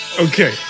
Okay